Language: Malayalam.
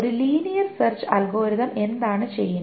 ഒരു ലീനിയർ സെർച്ച് അൽഗോരിതം എന്താണ് ചെയ്യുന്നത്